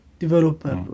developer